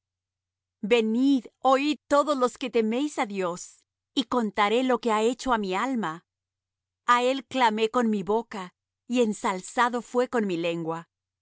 venid oid todos los que teméis á dios y contaré lo que ha hecho á mi alma a él clamé con mi boca y ensalzado fué con mi lengua